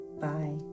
Bye